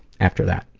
after that.